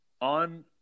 on